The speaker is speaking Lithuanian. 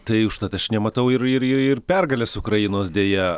tai užtat aš nematau ir ir ir pergalės ukrainos deja